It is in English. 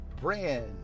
brand